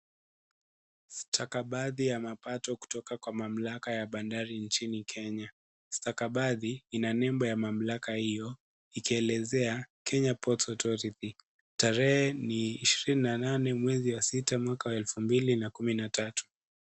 Stakabadhi ya mapato kutoka kwa mamlaka ya bandari nchini Kenya, stakabadhi ina nembo ya mamlaka hio, ikielezea Kenya Ports Authority, tarehe ni ishirini na nane mwezi wa sita mwaka wa elfu mbili na kumi na tatu.